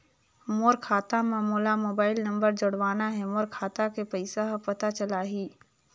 मोर खाता मां मोला मोबाइल नंबर जोड़वाना हे मोर खाता के पइसा ह पता चलाही?